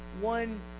one